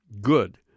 good